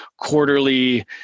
quarterly